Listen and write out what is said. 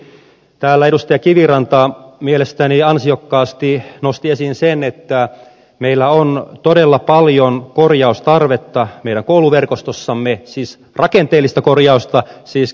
täällä edustaja kiviranta mielestäni ansiokkaasti nosti esiin sen että meillä on todella paljon korjaustarvetta meidän kouluverkostossamme siis rakenteellista korjaustarvetta siis kirvesmiestyötä